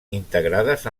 integrades